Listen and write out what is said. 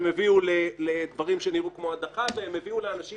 הן הביאו לדברים שנראו כמו הדחה והן הביאו לאנשים